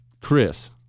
Chris